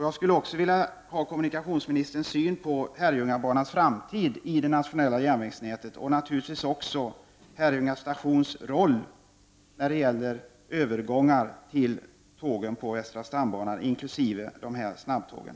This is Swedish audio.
Jag skulle också vilja veta hur kommunikationsministern ser på Herrljungabanans framtid i det nationella järnvägsnätet och på Herrljunga stations roll när det gäller övergångar till tågen på västra stambanan inkl. snabbtågen.